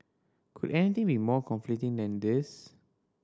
could anything be more conflicting than this